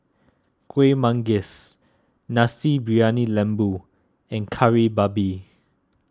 Kueh Manggis Nasi Briyani Lembu and Kari Babi